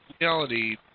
reality